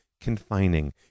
confining